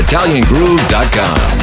Italiangroove.com